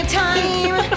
time